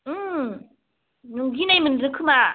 नों सिनाय मोनगोन खोमा